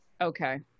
Okay